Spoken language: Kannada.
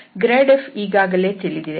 ಗ್ರಾಡ್ f ಈಗಾಗಲೇ ತಿಳಿದಿದೆ f2yj2zk